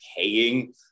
paying